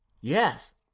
yes